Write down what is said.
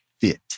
fit